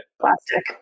plastic